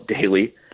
daily